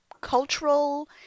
cultural